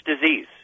disease